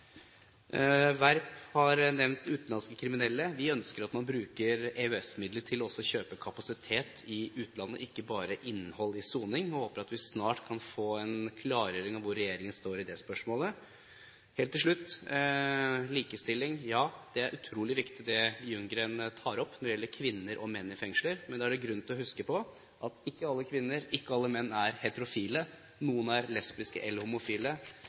har nevnt utenlandske kriminelle. Vi ønsker at man bruker EØS-midler til å kjøpe kapasitet i utlandet, ikke bare innhold i soning, og håper at vi snart kan få en klargjøring av hvor regjeringen står i det spørsmålet. Helt til slutt: likestilling. Ja, det er utrolig viktig det representanten Ljunggren tar opp når det gjelder kvinner og menn i fengsler. Men da er det grunn til å huske på at ikke alle kvinner, ikke alle menn, er heterofile. Noen er